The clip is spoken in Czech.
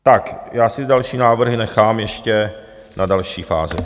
Tak, já si další návrhy nechám ještě na další fázi.